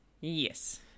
Yes